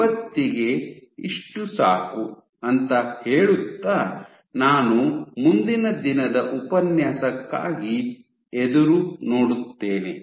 ಇವತ್ತಿಗೆ ಇಷ್ಟು ಸಾಕು ಅಂತ ಹೇಳುತ್ತಾ ನಾನು ಮುಂದಿನ ದಿನದ ಉಪನ್ಯಾಸಕ್ಕಾಗಿ ಎದುರು ನೋಡುತ್ತೇನೆ